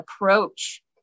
approach